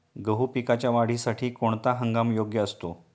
गहू पिकाच्या वाढीसाठी कोणता हंगाम योग्य असतो?